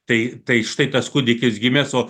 tai tai štai tas kūdikis gimes o